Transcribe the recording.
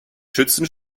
schützen